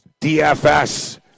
dfs